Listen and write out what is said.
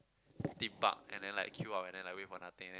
Theme Park and then like queue up and then like wait for nothing then